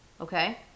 Okay